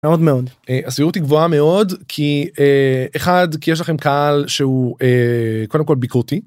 מאוד מאוד הסבירות היא גבוהה מאוד כי אחד כי יש לכם קהל שהוא קודם כל ביקורתי.